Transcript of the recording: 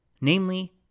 namely